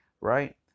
right